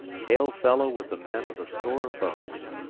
hail-fellow with the men of a score of boats.